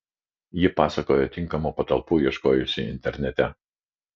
ji pasakojo tinkamų patalpų ieškojusi internete